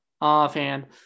offhand